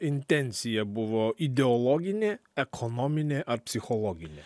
intencija buvo ideologinė ekonominė ar psichologinė